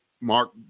Mark